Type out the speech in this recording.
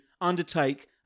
undertake